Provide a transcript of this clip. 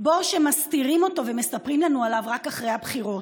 בור שמסתירים אותו ומספרים לנו עליו רק אחרי הבחירות.